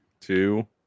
two